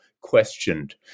questioned